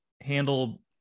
handle